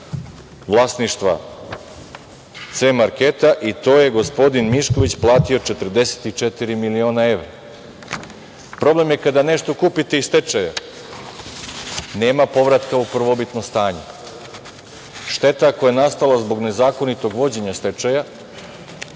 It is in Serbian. vlasništva „C marketa“ i to je gospodin Mišković platio 44 miliona evra. Problem je kada nešto kupite iz stečaja, nema povratka u prvobitno stanje. Štetu koja je nastala zbog nezakonitog vođenja stečaja,